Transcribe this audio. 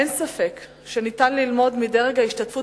אין ספק שניתן ללמוד מדרג ההשתתפות